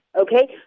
Okay